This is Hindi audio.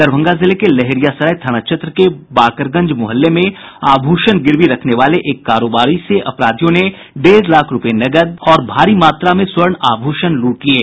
दरभंगा जिले में लहेरियासराय थाना क्षेत्र के बाकरगंज मुहल्ले में आभूषण गिरवी रखने वाले एक कारोबारी से अपराधियों ने डेढ़ लाख रूपये नकद समेत भारी मात्रा में स्वर्ण आभूषण लूट लिये